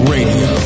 Radio